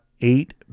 eight